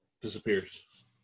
disappears